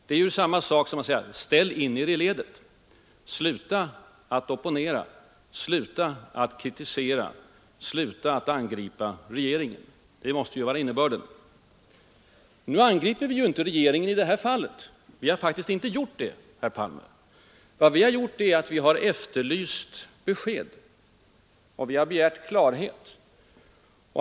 Det är samma sak som att säga: Ställ in er i ledet, sluta att opponera, sluta att kritisera och sluta att angripa regeringen. Det måste ju vara innebörden. Men nu angriper vi inte regeringen i det här fallet. Vi har faktiskt inte gjort det, herr Palme. Vi har efterlyst besked och begärt klarhet.